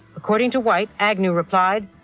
according to white, agnew replied,